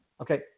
Okay